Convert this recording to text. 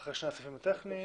אחרי שני הסעיפים הטכניים?